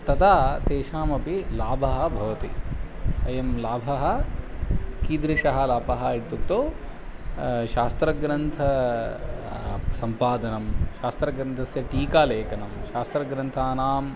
तदा तेषामपि लाभः भवति अयं लाभः कीदृशः लाभः इत्युक्तौ शास्त्रग्रन्थस्य सम्पादनं शास्त्रग्रन्थस्य टीकालेखनं शास्त्रग्रन्थानाम्